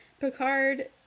Picard